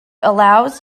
allows